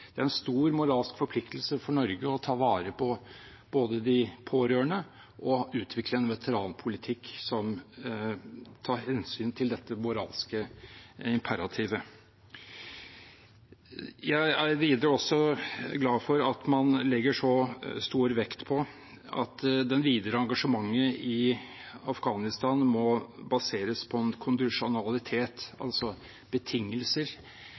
Det er en stor moralsk forpliktelse for Norge både å ta vare på de pårørende og utvikle en veteranpolitikk som tar hensyn til dette moralske imperativet. Videre er jeg glad for at man legger så stor vekt på at det videre engasjementet i Afghanistan må baseres på en kondisjonalitet, altså betingelser